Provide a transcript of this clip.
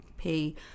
pay